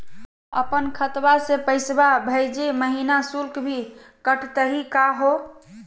अपन खतवा से पैसवा भेजै महिना शुल्क भी कटतही का हो?